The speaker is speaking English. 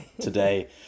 today